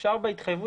אפשר בהתחייבות